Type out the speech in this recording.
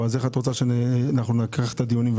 אז איך את רוצה שנחלק את הדיונים.